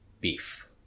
beef